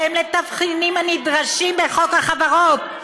בהתאם לתבחינים הנדרשים בחוק החברות,